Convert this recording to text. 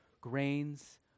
grains